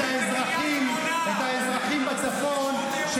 האזרחים בצפון -- מה עם ההתיישבות היהודית בקריית שמונה?